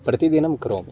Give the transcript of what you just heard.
प्रतिदिनं करोमि